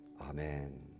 amen